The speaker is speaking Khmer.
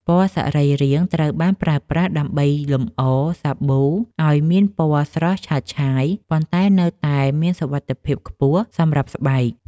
ពណ៌សរីរាង្គ ត្រូវបានប្រើប្រាស់ដើម្បីលម្អសាប៊ូឱ្យមានពណ៌ស្រស់ឆើតឆាយ ប៉ុន្តែនៅតែមានសុវត្ថិភាពខ្ពស់សម្រាប់ស្បែក។